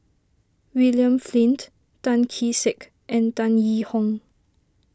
William Flint Tan Kee Sek and Tan Yee Hong